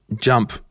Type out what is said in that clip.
jump